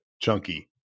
chunky